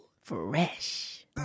fresh